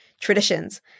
traditions